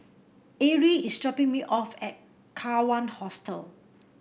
Arrie is dropping me off at Kawan Hostel